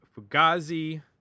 Fugazi